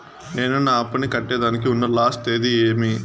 నేను నా అప్పుని కట్టేదానికి ఉన్న లాస్ట్ తేది ఏమి?